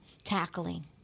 tackling